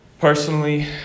Personally